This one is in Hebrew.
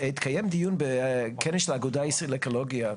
התקיים דיון בכנס של האגודה לאקולוגיה,